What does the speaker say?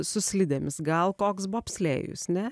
su slidėmis gal koks bobslėjus ne